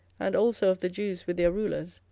and also of the jews with their rulers,